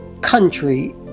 country